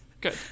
Good